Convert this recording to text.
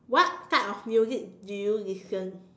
what type of music do you listen